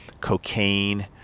cocaine